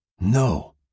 No